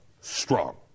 strong